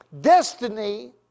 destiny